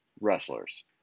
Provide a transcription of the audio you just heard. wrestlers